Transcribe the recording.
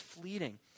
fleeting